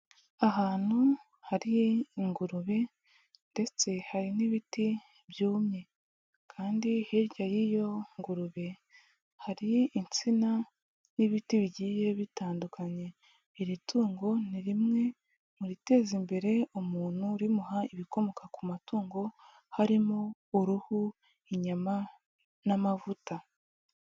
Ahantu hari ingurube ndetse hari n'ibiti byumye, kandi hirya y'iyo ngurube hari itsina n'ibiti bigiye bitandukanye, iri tungo ni rimwe mu riteza imbere umuntu rimuha ibikomoka ku matungo, harimo uruhu, inyama n'amavuta.